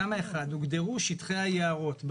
בתמ"א 1 הוגדרו שטחי היערות.